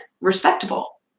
respectable